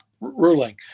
ruling